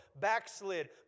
backslid